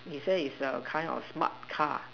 he say is a kind of smart car